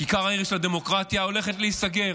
כיכר העיר של הדמוקרטיה, הולכת להיסגר